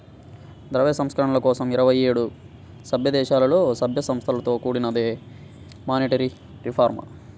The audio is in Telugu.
ద్రవ్య సంస్కరణల కోసం ఇరవై ఏడు సభ్యదేశాలలో, సభ్య సంస్థలతో కూడినదే మానిటరీ రిఫార్మ్